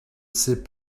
sais